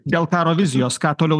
dėl karo vizijos ką toliau